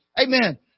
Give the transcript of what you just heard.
Amen